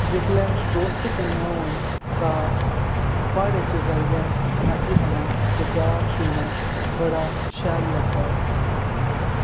ते जिसलै दोस्त कन्नै होन ता उसलै मिगी मैगी खाना ते चाह् पीना बड़ा शैल लगदा ऐ